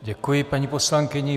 Děkuji paní poslankyni.